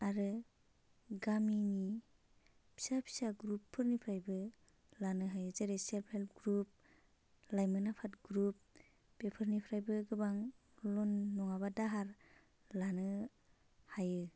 आरो गामिनि फिसा फिसा ग्रुपफोरनिफ्रायबो लानो हायो जोरै सेल्फहेल्प ग्रुप लाइमोन आफाद ग्रुप बेफोरनिफ्रायबो गोबां लन नङाबा दाहार लानो हायो